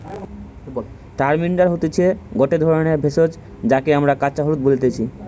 tamarind হতিছে গটে ধরণের ভেষজ যাকে আমরা কাঁচা হলুদ বলতেছি